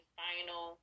final